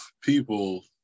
people